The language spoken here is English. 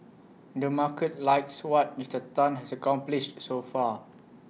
the market likes what Mister Tan has accomplished so far